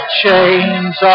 chains